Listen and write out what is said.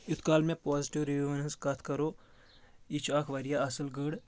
یُتھ کال مےٚ پازٹِو رِوِوَن ہٕنٛز کتھ کرو یہِ چھُ اکھ واریاہ اصٕل گٔر